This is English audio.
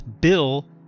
Bill